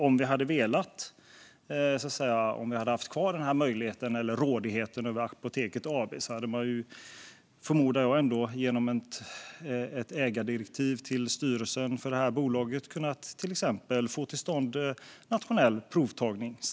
Om staten hade haft kvar denna rådighet över Apoteket AB hade man genom ett ägardirektiv till styrelsen för bolaget snabbt kunnat få till stånd nationell provtagning.